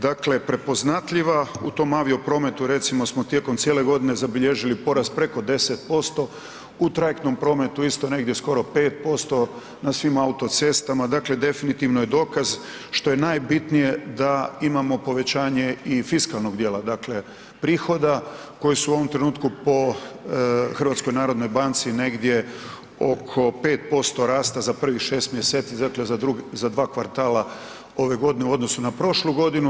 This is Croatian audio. Dakle, prepoznatljiva u tom avio prometu, recimo smo tijekom cijele godine zabilježili porast preko 10%, u trajektnom prometu isto negdje skoro 5%, na svim autocestama, dakle definitivno je dokaz, što je najbitnije da imamo povećanje i fiskalnog dijela dakle prihoda koji su u ovom trenutku po HNB-u negdje oko 5% rasta za prvih 6 mjeseci, dakle za 2 kvartala ove godine u odnosu na prošlu godinu.